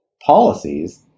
policies